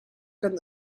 kan